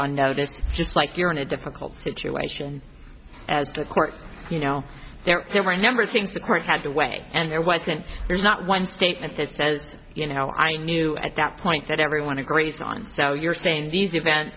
on notice just like you're in a difficult situation as the court you know there there were a number of things the court had to weigh and there wasn't there's not one statement that says you know i knew at that point that everyone agrees on so you're saying these events